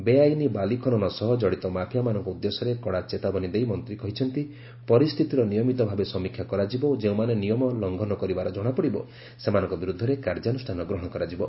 ବେଆଇନ ବାଲିଖନନ ସହ ଜଡ଼ିତ ମାଫିଆମାନଙ୍କ ଉଦ୍ଦେଶ୍ୟରେ କଡ଼ା ଚେତାବନୀ ଦେଇ ମନ୍ତ୍ରୀ କହିଛନ୍ତି ପରିସ୍ଥିତିର ନିୟମିତ ଭାବେ ସମୀକ୍ଷା କରାଯିବ ଓ ଯେଉଁମାନେ ନିୟମ ଲଂଘନ କରିବାର ଜଣାପଡ଼ିବ ସେମାନଙ୍କ ବିରୁଦ୍ଧରେ କାର୍ଯ୍ୟାନୁଷ୍ଠାନ ଗ୍ରହଣ କରାଯିବ